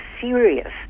serious